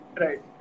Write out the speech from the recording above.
Right